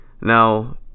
now